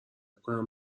کنم